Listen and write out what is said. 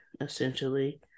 essentially